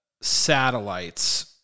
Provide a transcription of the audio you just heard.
satellites